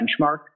benchmark